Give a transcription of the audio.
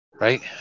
right